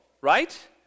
Right